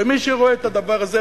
ומי שרואה את הדבר הזה,